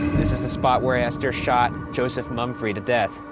this is the spot where esther shot joseph mumfre to death.